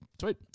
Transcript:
Sweet